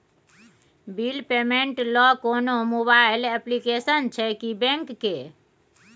Bill payment ल कोनो mobile application छै की बैंक के?